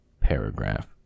paragraph